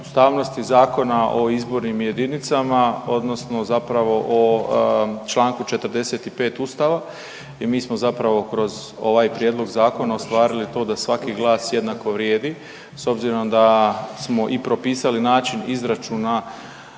o ustavnosti Zakona o izbornim jedinicama odnosno zapravo o Članku 45. Ustava i mi smo zapravo kroz ovaj prijedlog zakona ostvarili to da svaki glas jednako vrijedi. S obzirom da smo i propisali način izračuna